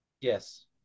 Yes